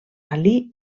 ali